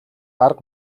арга